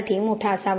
मोठा असावा